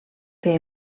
que